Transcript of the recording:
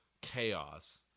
chaos